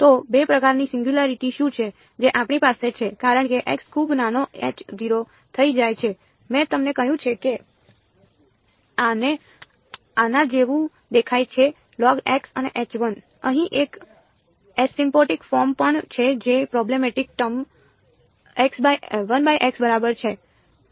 તો 2 પ્રકારની સિંગયુંલારીટી શું છે જે આપણી પાસે છે કારણ કે x ખૂબ નાનો થઈ જાય છે મેં તમને કહ્યું છે કે તે આના જેવું દેખાય છે અને અહીં એક એસિમ્પ્ટોટિક ફોર્મ પણ છે જે પ્રૉબ્લેમેટિક ટર્મ 1x બરાબર છે